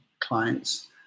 clients